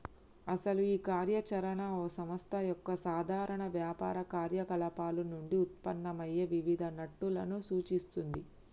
అసలు ఈ కార్య చరణ ఓ సంస్థ యొక్క సాధారణ వ్యాపార కార్యకలాపాలు నుండి ఉత్పన్నమయ్యే వివిధ నట్టులను సూచిస్తుంది